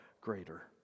greater